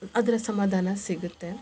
ಅದ್ರ ಸಮಾಧಾನ ಸಿಗುತ್ತೆ